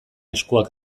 eskuak